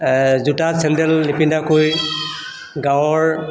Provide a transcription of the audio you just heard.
জোতা চেন্দেল নিপিন্ধাকৈ গাঁৱৰ